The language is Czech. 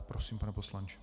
Prosím, pane poslanče.